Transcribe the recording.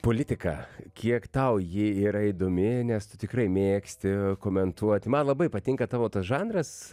politika kiek tau ji yra įdomi nes tu tikrai mėgsti komentuot man labai patinka tavo tas žanras